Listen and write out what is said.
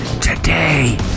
Today